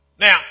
Now